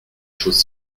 chose